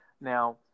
Now